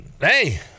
hey